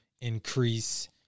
increase